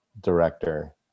director